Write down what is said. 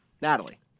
Natalie